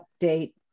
update